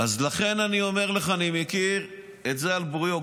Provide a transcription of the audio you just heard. אז לכן אני אומר לך, אני מכיר את זה על בוריו.